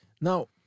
Now